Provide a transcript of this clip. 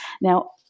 Now